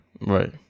Right